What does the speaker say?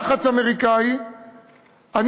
שבו אנחנו עוד עומדים לשחרר מחבלים בגלל לחץ אמריקני,